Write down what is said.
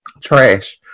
Trash